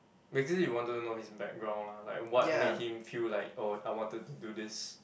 basically he wanted to know his background lah like what made him feel like oh I wanted to do this